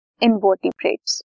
invertebrates